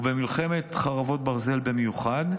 ובמלחמת חרבות ברזל במיוחד,